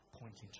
pointing